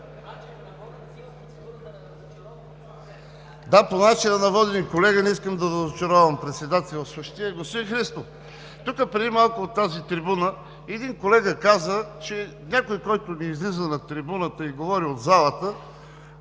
Да, по начина на водене, колега, не искам да разочаровам председателстващия.